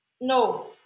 No